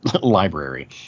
library